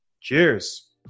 cheers